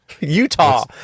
Utah